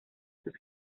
sus